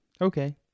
okay